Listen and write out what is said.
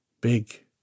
big